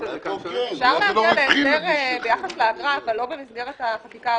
אפשר להגיע להסדר ביחס לאגרה אבל לא במסגרת החקיקה הראשית.